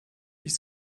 ich